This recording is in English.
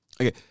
Okay